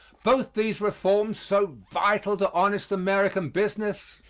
both these reforms, so vital to honest american business,